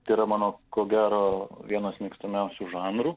tai yra mano ko gero vienas mėgstamiausių žanrų